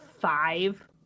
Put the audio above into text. five